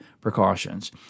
precautions